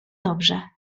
dobrze